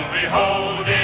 behold